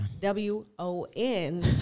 W-O-N